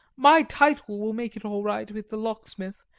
my title will make it all right with the locksmith,